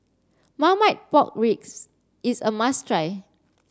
Marmite pork ribs is a must try